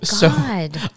God